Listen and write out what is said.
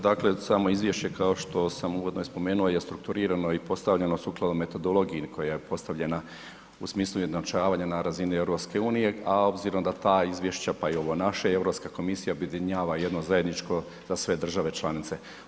Dakle samo izvješće kao što sam uvodno i spomenuo je strukturirano i postavljeno sukladno metodologiji koja je postavljena u smislu ... na razini EU-a a obzirom da ta izvješća pa i ovo naše je Europska komisija objedinjava u jedno zajedničko za sve države članice.